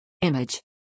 Image